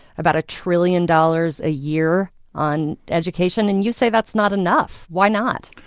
about a trillion dollars a year on education? and you say that's not enough. why not?